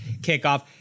kickoff